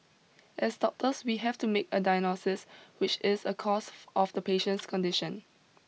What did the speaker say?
as doctors we have to make a diagnosis which is a cause of the patient's condition